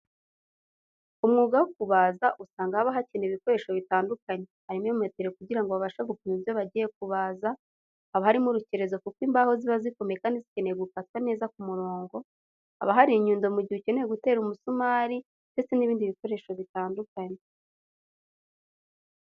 Umwuga wo kubaza usanga haba hakenewe ibikoresho bitandukanye, harimo metero kugira ngo babashe gupima ibyo bagiye kubaza, haba harimo urukerezo kuko imbaho ziba zikomeye kandi zikeneye gukatwa neza ku murongo, haba hari inyundo mugihe ukeneye gutera umusumari, ndetse n'ibindi bikoresho bitandukanye.